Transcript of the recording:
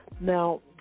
Now